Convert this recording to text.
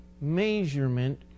measurement